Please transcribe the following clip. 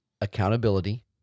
accountability